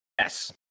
Yes